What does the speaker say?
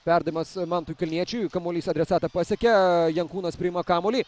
perdavimas mantui kalniečiui kamuolys adresatą pasiekia jankūnas priima kamuolį